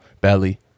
belly